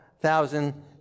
thousand